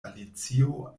alicio